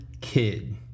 kid